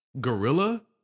Gorilla